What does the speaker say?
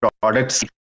products